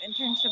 internship